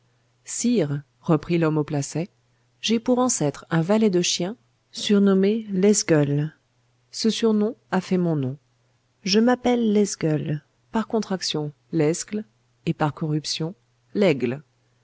sire reprit l'homme au placet j'ai pour ancêtre un valet de chiens surnommé lesgueules ce surnom a fait mon nom je m'appelle lesgueules par contraction lesgle et par corruption l'aigle